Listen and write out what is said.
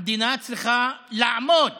המדינה צריכה לעמוד